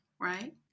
right